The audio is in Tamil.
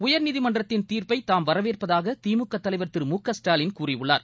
உயர்நீதிமன்றத்தின் தீர்ப்பை தாம் வரவேற்பதாக திமுக தலைவர் திரு மு க ஸ்டாலின் கூறியுள்ளார்